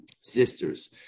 sisters